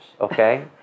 okay